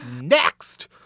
Next